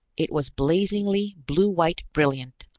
it was blazingly blue-white brilliant,